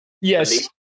yes